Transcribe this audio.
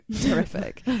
terrific